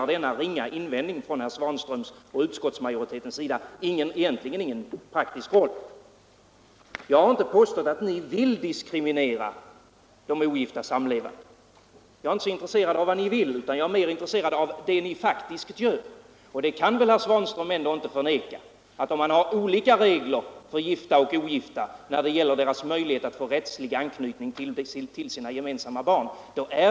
Denna ringa invändning från herr Svanström och utskottsmajoriteten spelar i praktiken ingen roll. Jag har inte påstått att ni vill diskriminera de ogifta sammanlevande. Jag är inte särskilt intresserad av vad ni vill. Jag är mera intresserad av vad ni faktiskt gör. Herr Svanström kan väl ändå inte förneka att det är en diskriminering att ha olika regler för gifta och ogifta när det gäller deras möjligheter att få rättslig anknytning till sina gemensamma barn.